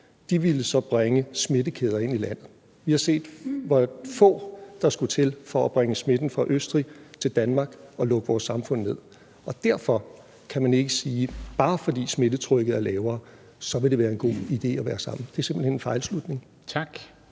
de ville så bringe smittekæder ind i landet. Vi har set, hvor få der skulle til, for at bringe smitten fra Østrig til Danmark og lukke vores samfund ned, og derfor kan man ikke sige, bare fordi smittetrykket er lavere, at det så vil være en god idé at være sammen. Det er simpelt hen en fejlslutning. Kl.